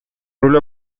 rule